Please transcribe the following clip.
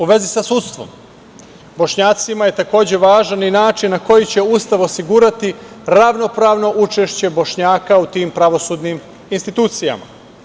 U vezi sa sudstvom, Bošnjacima je takođe važan i način na koji će Ustav osigurati ravnopravno učešće Bošnjaka u tim pravosudnim institucijama.